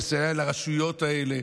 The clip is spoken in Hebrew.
נסייע לרשויות האלה?